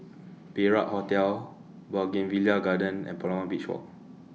Perak Hotel Bougainvillea Garden and Palawan Beach Walk